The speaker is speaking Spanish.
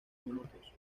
minutos